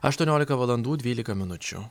aštuoniolika valandų dvylika minučių